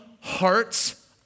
heart's